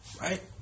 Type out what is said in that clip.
Right